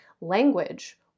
language